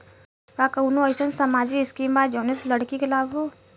का कौनौ अईसन सामाजिक स्किम बा जौने से लड़की के लाभ हो?